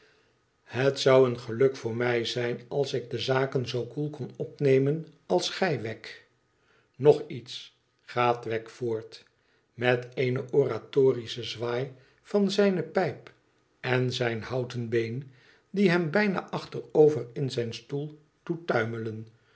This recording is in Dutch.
het zou een geluk voor mij zijn als ik de zaken zoo koel kon opnemen als gij wegg nog iets gaat wegg voort met een oratorischen zwaai van zijne pijp en zijn houten been die hem bijna achterover in zijn stoel doet tuimelen